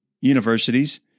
universities